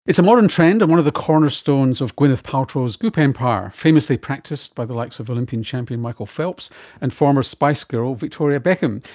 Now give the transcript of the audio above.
it's a modern trend and one of the cornerstones of gwyneth paltrow's goop empire, famously practised by the likes of olympian champion michael phelps and former spice girl victoria beckham.